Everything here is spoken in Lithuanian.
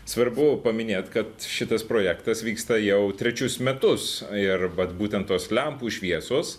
svarbu paminėt kad šitas projektas vyksta jau trečius metus ir vat būtent tos lempų šviesos